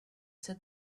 said